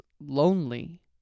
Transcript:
lonely